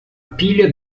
pilha